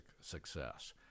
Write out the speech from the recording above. success